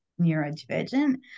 neurodivergent